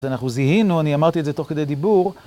אנחנו זיהינו, אני אמרתי את זה תוך כדי דיבור.